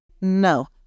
No